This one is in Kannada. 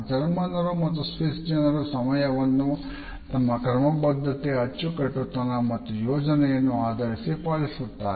ಜರ್ಮನರು ಮತ್ತು ಸ್ವಿಸ್ ಜನರು ಸಮಯವನ್ನು ತಮ್ಮ ಕ್ರಮಬದ್ಧತೆ ಅಚ್ಚುಕಟ್ಟುತನ ಮತ್ತು ಯೋಜನೆಯನ್ನು ಆಧರಿಸಿ ಪಾಲಿಸುತ್ತಾರೆ